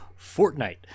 Fortnite